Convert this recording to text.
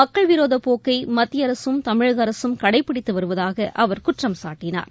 மக்கள் விரோதபோக்கைமத்தியஅரசும் தமிழகஅரசுகடைப்பிடித்துவருவதாகஅவர் குற்றம் சாட்டினார்